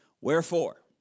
Wherefore